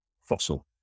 fossil